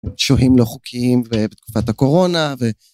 שוהים לא חוקיים בתקופת הקורונה ו...